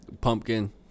pumpkin